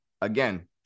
again